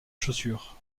chaussures